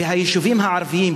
והיישובים הערביים,